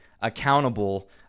accountable